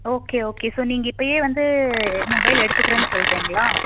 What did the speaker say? okay okay so நீங்கள் இப்போயே வந்து மொபைல் எடுத்துக்கிறேன் சொல்லுறீங்களா